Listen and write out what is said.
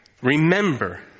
Remember